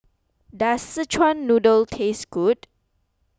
does Szechuan Noodle taste good